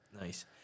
Nice